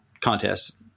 contests